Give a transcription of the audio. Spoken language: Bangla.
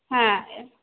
হ্যাঁ